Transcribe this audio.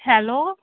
hello